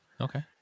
okay